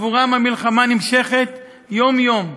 בעבורם המלחמה נמשכת יום-יום,